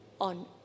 On